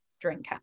drinker